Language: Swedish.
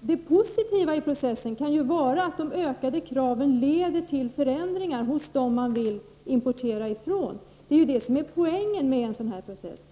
Det positiva i processen kan ju vara att de ökade kraven leder till förändringar hos dem som man vill importera från. Det är ju det som är poängen med en sådan här process.